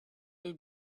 will